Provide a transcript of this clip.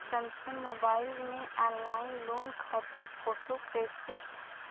Samsung mobile में online loan खातिर photo कैसे